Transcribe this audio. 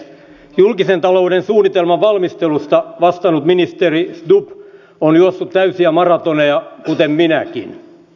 julkisen talouden suunnitelman valmistelusta vastannut ministeri stubb on juossut täysiä maratoneja kuten minäkin